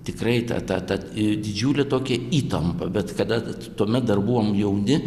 tikrai ta ta ta didžiulė tokia įtampa bet kada t tuomet dar buvom jauni